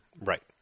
Right